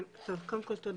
קודם כל תודה.